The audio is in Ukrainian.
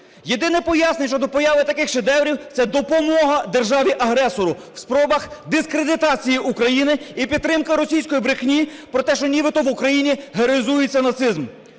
Єдине пояснення щодо появи таких шедеврів – це допомога державі-агресору в спробах дискредитації України і підтримки російської брехні про те, що нібито в Україні героїзується нацизм.